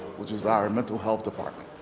which is our mental health department